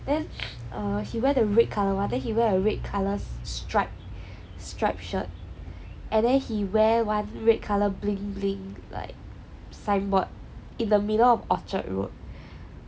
then he wear the red colour [one] then he wear a red colour stripe stripe shirt and then he wear one red colour bling bling light signboard in the middle of orchard road